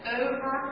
over